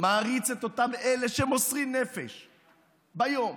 מעריץ את אותם אלה שמוסרים נפש ביום,